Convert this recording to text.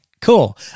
cool